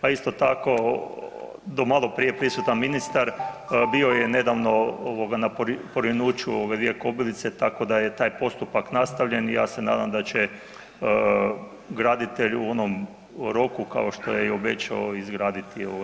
A isto tako do malo prije prisutan ministar bio je nedavno na porinuću dvije kobilice tako da je taj postupak nastavljen i ja se nadam da će graditelj u onom roku kao što je i obećao izgraditi.